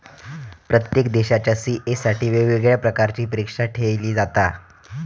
प्रत्येक देशाच्या सी.ए साठी वेगवेगळ्या प्रकारची परीक्षा ठेयली जाता